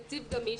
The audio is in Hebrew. תקציב גמיש,